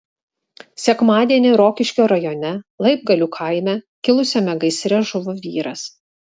sekmadienį rokiškio rajone laibgalių kaime kilusiame gaisre žuvo vyras